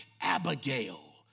Abigail